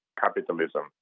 capitalism